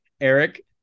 Eric